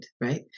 right